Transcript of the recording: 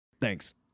Thanks